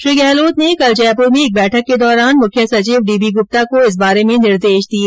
श्री गहलोत ने कल जयपुर मे एक बैठक के दौरान मुख्य सचिव डी बी गुप्ता को इस बारे में निर्देश दिए